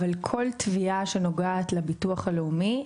אבל כל תביעה שנוגעת לביטוח הלאומי,